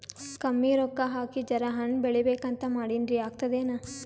ಕಮ್ಮಿ ರೊಕ್ಕ ಹಾಕಿ ಜರಾ ಹಣ್ ಬೆಳಿಬೇಕಂತ ಮಾಡಿನ್ರಿ, ಆಗ್ತದೇನ?